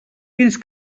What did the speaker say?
fins